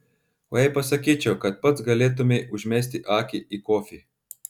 o jei pasakyčiau kad pats galėtumei užmesti akį į kofį